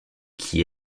qui